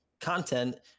content